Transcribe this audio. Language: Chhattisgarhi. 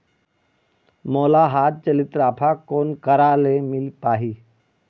मोला हाथ चलित राफा कोन करा ले मिल पाही?